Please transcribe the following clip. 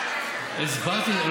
לא.